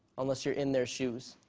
unless you're in their shoes.